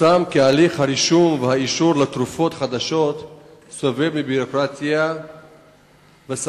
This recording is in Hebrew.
פורסם כי הליך הרישום והאישור לתרופות חדשות סובל מביורוקרטיה וסחבת.